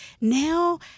Now